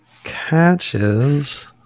catches